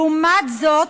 לעומת זאת,